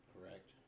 correct